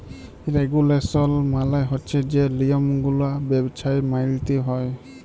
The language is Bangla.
রেগুলেশল মালে হছে যে লিয়মগুলা ব্যবছায় মাইলতে হ্যয়